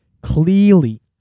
clearly